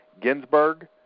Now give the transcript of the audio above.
Ginsburg